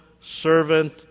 servant